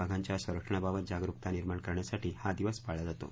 वाघांच्या संरक्षणाबाबत जागरुकता निर्माण करण्यासाठी हा दिवस पाळला जातो